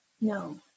No